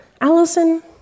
allison